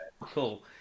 cool